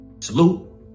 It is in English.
Salute